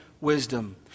wisdom